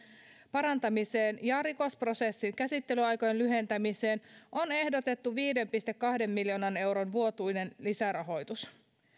parantamiseen ja rikosprosessien käsittelyaikojen lyhentämiseen on ehdotettu viiden pilkku kahden miljoonan euron vuotuinen lisärahoitus